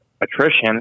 attrition